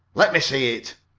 let me see it.